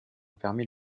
permit